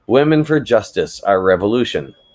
women for justice our revolution,